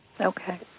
Okay